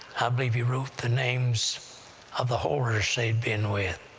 believe he wrote the names of the whores they'd been with,